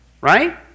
Right